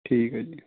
ਠੀਕ ਹੈ ਜੀ